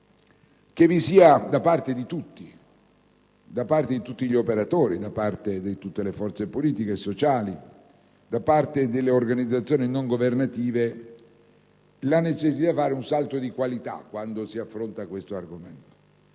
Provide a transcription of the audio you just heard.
discusso. Credo vi sia da parte di tutti gli operatori, di tutte le forze politiche e sociali e delle organizzazioni non governative, la necessità di fare un salto di qualità quando si affronta tale argomento.